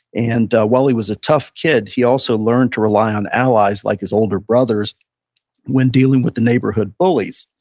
and while he was a tough kid, he also learned to rely on allies like his older brothers when dealing with the neighborhood bullies.